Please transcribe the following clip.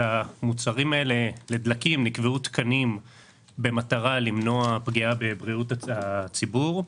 לדלקים נקבעו תקנים במטרה למנוע פגיעה בבריאות הציבור.